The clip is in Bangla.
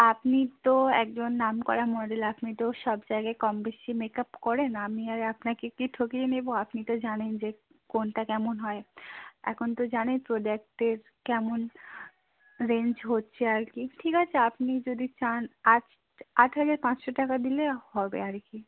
আপনি তো একজন নামকরা মডেল আপনি তো সব জায়গায় কম বেশি মেক আপ করেন আমি আর আপনাকে কি ঠকিয়ে নেবো আপনি তো জানেন যে কোনটা কেমন হয় এখন তো জানেন প্রোডাক্টের কেমন রেঞ্জ হচ্ছে আর কি ঠিক আছে আপনি যদি চান আট আট হাজার পাঁচশো টাকা দিলে হবে আর কি